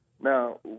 now